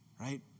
right